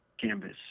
canvas